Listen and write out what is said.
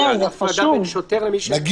הפרדה בין שוטר למי --- לא,